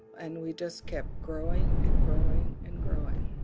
and we just kept growing and growing and growing